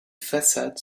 façades